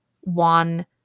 one